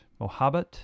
Mohabbat